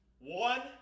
One